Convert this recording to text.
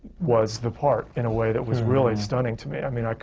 was the part in a way that was really stunning to me. i mean, like